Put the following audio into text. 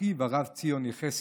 אחיו הרב ציון יחזקאל,